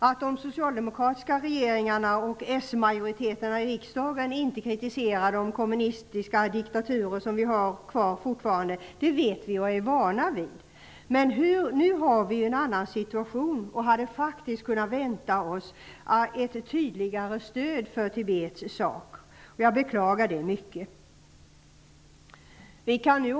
Att de socialdemokratiska regeringarna och smajoriteterna i riksdagen inte kritiserade de kommunistiska diktaturer som fortfarande finns kvar vet vi och är vana vid. Men nu har vi en annan situation och hade faktiskt kunnat vänta oss ett tydligare stöd för Tibets sak. Jag beklagar mycket att det inte blivit så.